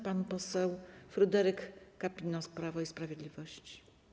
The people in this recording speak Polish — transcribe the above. Pan poseł Fryderyk Kapinos, Prawo i Sprawiedliwość.